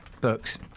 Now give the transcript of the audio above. Books